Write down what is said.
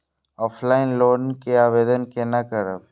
Offline loan के आवेदन केना करब?